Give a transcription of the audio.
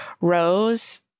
Rose